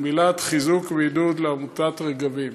חיזוק ועידוד לעמותת רגבים